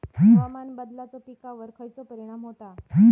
हवामान बदलाचो पिकावर खयचो परिणाम होता?